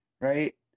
right